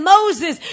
Moses